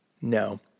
No